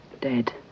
dead